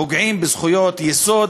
פוגעים בזכויות יסוד,